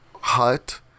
hut